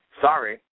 sorry